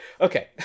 Okay